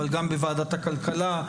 אבל גם בוועדת הכלכלה.